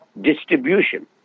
distribution